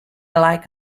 like